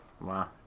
Wow